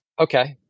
okay